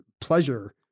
pleasure